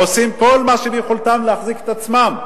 עושים כל מה שביכולתם להחזיק את עצמם.